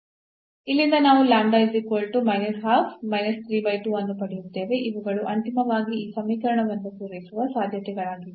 ಇಲ್ಲಿಂದ ನಾವು ಅನ್ನು ಪಡೆಯುತ್ತೇವೆ ಇವುಗಳು ಅಂತಿಮವಾಗಿ ಈ ಸಮೀಕರಣವನ್ನು ಪೂರೈಸುವ ಸಾಧ್ಯತೆಗಳಾಗಿವೆ